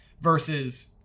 versus